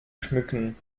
schmücken